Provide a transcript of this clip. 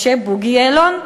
משה בוגי יעלון.